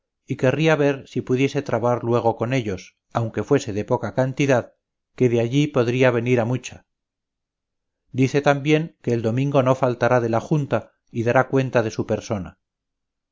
y querría ver si pudiese trabar juego con ellos aunque fuese de poca cantidad que de allí podría venir a mucha dice también que el domingo no faltará de la junta y dará cuenta de su persona